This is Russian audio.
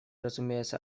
разумеется